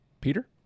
Peter